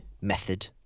method